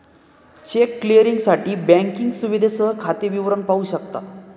check क्लिअरिंगसाठी banking सुविधेसह खाते विवरण पाहू शकता